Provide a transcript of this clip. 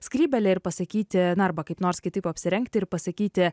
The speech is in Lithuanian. skrybėlę ir pasakyti na arba kaip nors kitaip apsirengti ir pasakyti